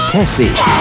Tessie